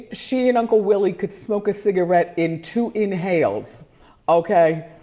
she and uncle willy could smoke a cigarette in two inhales okay?